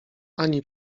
ani